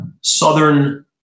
southern